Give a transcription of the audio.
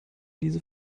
diese